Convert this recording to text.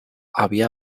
había